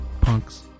punks